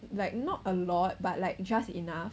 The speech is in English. like not a lot but like just enough